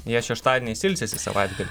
jie šeštadieniais ilsisi savaitgalį